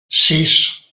sis